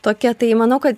tokia tai manau kad